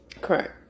Correct